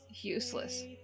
useless